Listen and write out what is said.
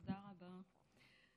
תודה רבה.